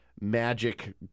magic